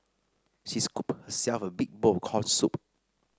she scooped herself a big bowl of corn soup